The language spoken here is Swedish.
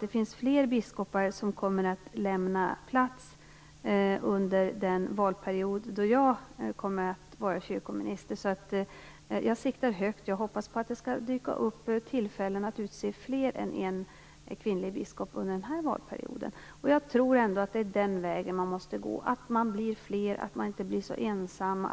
kommer fler biskopar att lämna plats under den valperiod då jag kommer att vara kyrkominister. Jag siktar högt. Jag hoppas på att det skall dyka upp tillfällen att utse fler än en kvinnlig biskop under denna valperiod. Jag tror ändå att det är den vägen man måste gå. De blir fler, och de blir inte så ensamma.